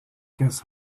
guess